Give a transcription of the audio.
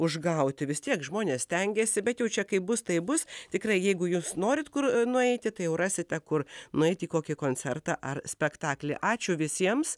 užgauti vis tiek žmonės stengiasi bet jau čia kaip bus tai bus tikrai jeigu jūs norit kur nueiti tai jau rasite kur nueiti į kokį koncertą ar spektaklį ačiū visiems